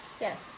Yes